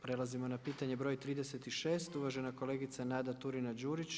Prelazimo na pitanje broj 36, uvažena kolegica Nada Turina-Đurić.